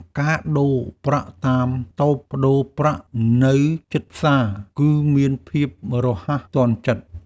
ការដូរប្រាក់តាមតូបប្តូរប្រាក់នៅជិតផ្សារ គឺមានភាពរហ័សទាន់ចិត្ត។